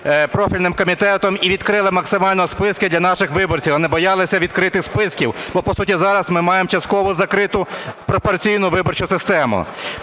профільним комітетом, і відкрили максимально списки для наших виборців, а не боялися відкритих списків. Бо по суті зараз ми маємо частково закриту пропорційну виборчу систему.